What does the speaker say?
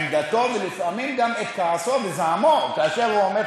עמדתו ולפעמים גם את כעסו וזעמו כאשר הוא עומד